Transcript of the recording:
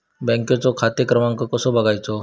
बँकेचो खाते क्रमांक कसो बगायचो?